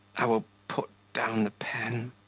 i will put down the pen.